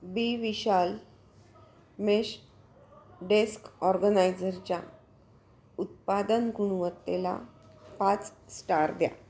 बी Vishal mesh desk ऑर्गनायझरच्या उत्पादन गुणवत्तेला पाच स्टार द्या